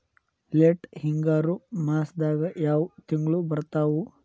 Late ಹಿಂಗಾರು ಮಾಸದಾಗ ಯಾವ್ ತಿಂಗ್ಳು ಬರ್ತಾವು?